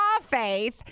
faith